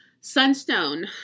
sunstone